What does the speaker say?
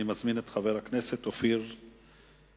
אני מזמין את חבר הכנסת אופיר פינס-פז.